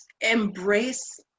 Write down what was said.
embrace